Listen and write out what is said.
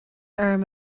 orm